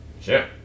sure